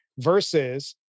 versus